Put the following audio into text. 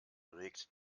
regt